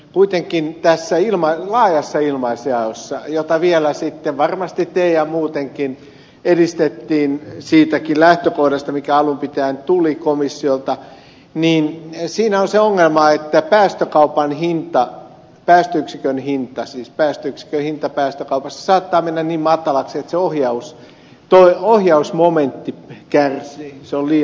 kuitenkin tässä laajassa ilmaisjaossa jota vielä sitten varmasti te edistitte ja muutenkin edistettiin siitäkin lähtökohdasta mikä alun pitäen tuli komissiolta on se ongelma että päästökaupan hintaa tästä yksi penniin päästöyksikön hinta päästökaupassa saattaa mennä niin matalaksi että ohjausmomentti kärsii se on liian matala